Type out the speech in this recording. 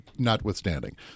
Notwithstanding